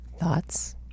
Thoughts